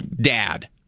dad